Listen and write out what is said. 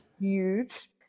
huge